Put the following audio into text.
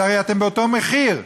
הרי אתם באותו מחיר.